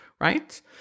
right